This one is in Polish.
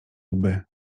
łby